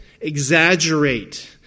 exaggerate